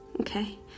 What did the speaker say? Okay